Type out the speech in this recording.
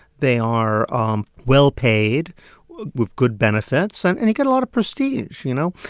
they are um well-paid with good benefits, and and you get a lot of prestige, you know.